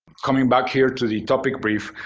coming back here to the topic brief,